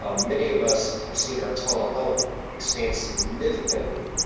ah many of us have seen our telehealth expand significantly,